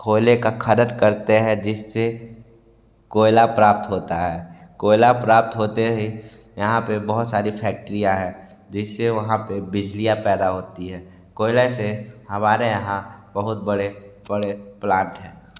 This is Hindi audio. कोयले का खदन करते हैं जिससे कोयला प्राप्त होता है कोयला प्राप्त होते ही यहाँ पे बहुत सारी फ़ैक्ट्रियाँ हैं जिससे वहाँ पे बिजलियाँ पैदा होती हैं कोयले से हमारे यहाँ बहुत बड़े बड़े प्लांट हैं